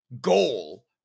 goal